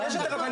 זאת השאלה.